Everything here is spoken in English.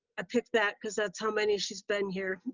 i picked that because that's how many she's been here.